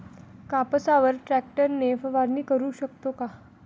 कापसावर ट्रॅक्टर ने फवारणी करु शकतो का?